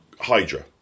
Hydra